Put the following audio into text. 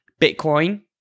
Bitcoin